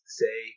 say